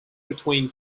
between